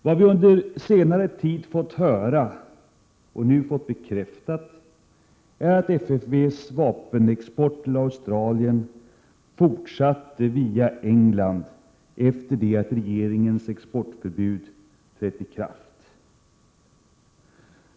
Vad vi under senare tid fått höra och nu fått bekräftat är att FFV:s vapenexport till Australien fortsatte via Storbritannien efter det att regeringens exportförbud trätt i kraft.